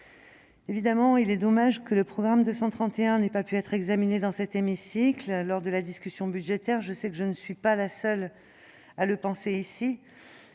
évidemment dommage que le programme 231 n'ait pas pu être examiné dans cet hémicycle lors de la discussion budgétaire- je sais que je ne suis pas la seule à le penser ici.